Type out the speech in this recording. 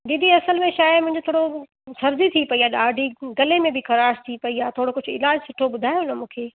दीदी असल में छाहे मुंहिंजो थोरो सर्दी थी पई आहे ॾाढी गले में बि ख़राश थी पई आहे थोरो कुझु इलाजु सुठो ॿुधायो न मूंखे